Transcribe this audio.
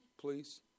please